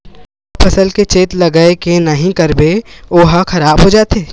का फसल के चेत लगय के नहीं करबे ओहा खराब हो जाथे?